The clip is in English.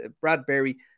Bradbury